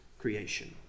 creation